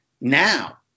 now